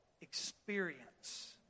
experience